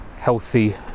healthy